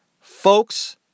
Folks